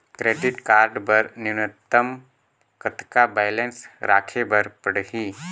Credit card बर न्यूनतम कतका बैलेंस राखे बर पड़ही?